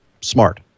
Smart